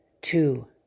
two